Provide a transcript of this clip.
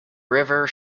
river